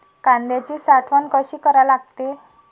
कांद्याची साठवन कसी करा लागते?